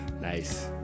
nice